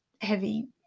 heavy